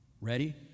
Ready